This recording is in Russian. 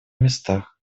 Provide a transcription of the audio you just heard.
местах